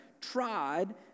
tried